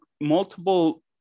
multiple